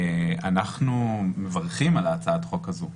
אנחנו מברכים על הצעת החוק הזאת.